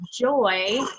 joy